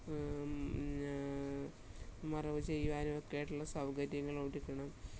മറവ് ചെയ്യുവാനുമൊക്കെ ആയിട്ടുള്ള സൗകര്യങ്ങൾ കിട്ടണം